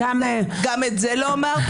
גם את זה לא אמרתי.